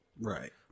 Right